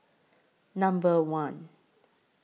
Number one